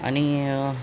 आणि